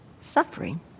suffering